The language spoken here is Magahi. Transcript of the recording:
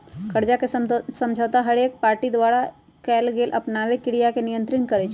कर्जा समझौता हरेक पार्टी द्वारा कएल गेल आपनामे क्रिया के नियंत्रित करई छै